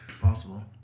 Possible